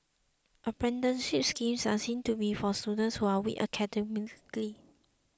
apprenticeship schemes are seen to be for students who are weak academically